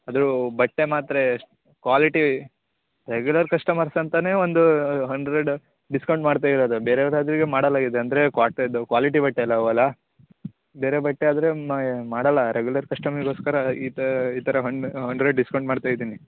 ಅದು ಬಟ್ಟೆ ಮಾತ್ರ ಎಷ್ಟು ಕ್ವಾಲಿಟಿ ರೆಗ್ಯುಲರ್ ಕಸ್ಟಮರ್ಸ್ ಅಂತಲೇ ಒಂದು ಹಂಡ್ರೆಡ್ ಡಿಸ್ಕೌಂಟ್ ಮಾಡ್ತಾ ಇರೋದು ಬೇರೇವ್ರು ಈಗ ಮಾಡೋಲ್ಲ ಇದು ಅಂದರೆ ಕ್ವಾಲಿಟಿ ಬಟ್ಟೆ ಅದಾವಲ್ಲಾ ಬೇರೆ ಬಟ್ಟೆ ಆದರೆ ಮಾಡೋಲ್ಲ ರೆಗ್ಯುಲರ್ ಕಸ್ಟಮರಿಗೋಸ್ಕರ ಈ ಥರ ಈ ಥರ ಹನ್ ಹಂಡ್ರೆಡ್ ಡಿಸ್ಕೌಂಟ್ ಮಾಡ್ತ ಇದ್ದೀನಿ